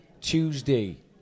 Tuesday